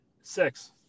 Six